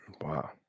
Wow